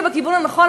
ובכיוון הנכון,